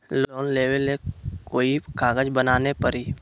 Loan लेबे ले कोई कागज बनाने परी?